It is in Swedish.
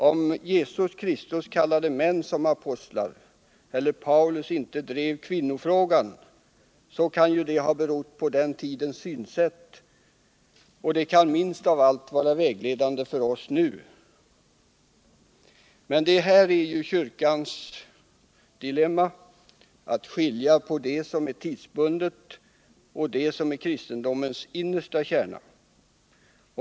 Att Jesus Kristus kallade män som apostlar eller att Paulus inte drev kvinnofrågan kan ju ha berott på den tidens synsätt, och det kan minst av allt vara vägledande för oss nu. Men detta är kyrkans dilemma: att skilja på det som är tidsbundet och det som är kristendomens innersta kärna.